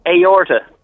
Aorta